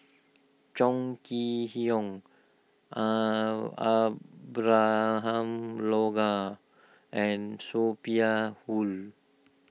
Chong Kee Hiong Abraham Logan and Sophia Hull